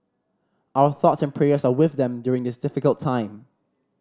our thoughts and prayers are with them during this difficult time